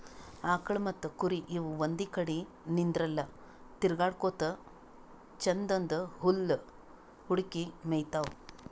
ಆಕಳ್ ಮತ್ತ್ ಕುರಿ ಇವ್ ಒಂದ್ ಕಡಿ ನಿಂದ್ರಲ್ಲಾ ತಿರ್ಗಾಡಕೋತ್ ಛಂದನ್ದ್ ಹುಲ್ಲ್ ಹುಡುಕಿ ಮೇಯ್ತಾವ್